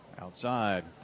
Outside